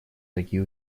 такие